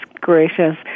gracious